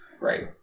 Right